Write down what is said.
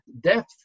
depth